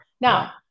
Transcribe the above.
now